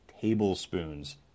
tablespoons